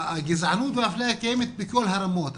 הגזענות והאפליה קיימת בכל הרמות,